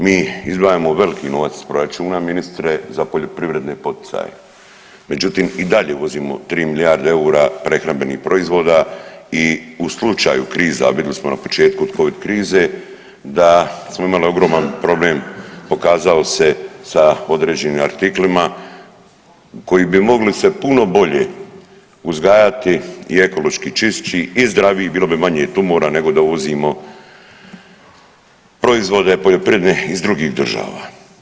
Mi izdvajamo veliki novac iz proračuna ministre za poljoprivredne poticaje, međutim i dalje uvozimo 3 milijarde EUR-a prehrambenih proizvoda i u slučaju kriza, a vidli smo na početku od Covid krize da smo imali ogroman problem pokazao se sa određenim artiklima koji bi mogli se puno bolje uzgajati i ekološki čišći i zdraviji bilo bi manje tumora nego da uvozimo proizvode poljoprivredne iz drugih država.